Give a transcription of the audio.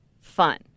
fun